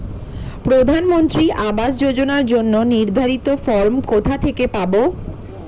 প্রধানমন্ত্রী আবাস যোজনার জন্য নির্ধারিত ফরম কোথা থেকে পাব?